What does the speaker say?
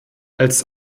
als